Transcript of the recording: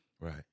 Right